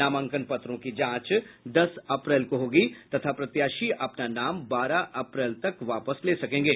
नामांकन पत्रों की जांच दस अप्रैल को होगी तथा प्रत्याशी अपना नाम बारह अप्रैल तक वापस ले सकेंगे